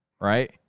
right